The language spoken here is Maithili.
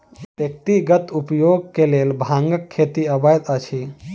व्यक्तिगत उपयोग के लेल भांगक खेती अवैध अछि